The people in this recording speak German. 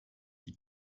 die